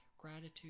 gratitude